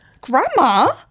Grandma